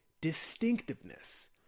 distinctiveness